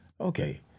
Okay